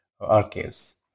archives